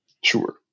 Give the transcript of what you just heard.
Sure